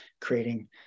creating